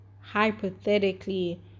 hypothetically